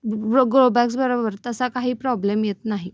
grow ग्रोबॅग्सबरोबर तसा काही प्रॉब्लेम येत नाही